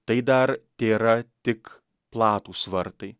tai dar tėra tik platūs vartai